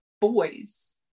boys